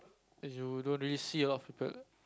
and you don't really see a lot of people